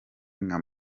nka